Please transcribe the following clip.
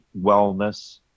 wellness